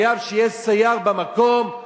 חייבים שיהיה סייר במקום.